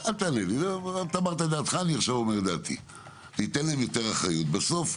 בסוף,